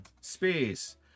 space